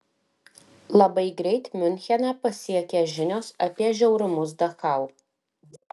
labai greit miuncheną pasiekė žinios apie žiaurumus dachau